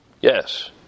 yes